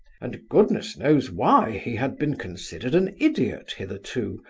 and goodness knows why he had been considered an idiot hitherto,